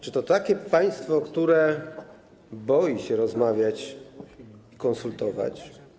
Czy to takie państwo, które boi się rozmawiać, konsultować?